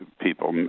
people